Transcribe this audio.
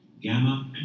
Gamma